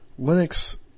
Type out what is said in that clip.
Linux